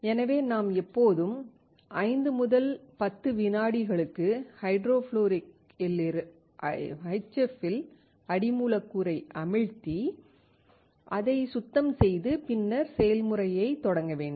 எனவே நாம் எப்போதும் 5 முதல் 10 விநாடிகளுக்கு HF இல் அடி மூலக்கூறை அமிழ்த்தி அதை சுத்தம் செய்து பின்னர் செயல்முறையைத் தொடங்க வேண்டும்